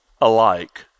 alike